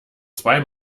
zwei